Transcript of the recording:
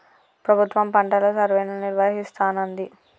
ప్రభుత్వం పంటల సర్వేను నిర్వహిస్తానంది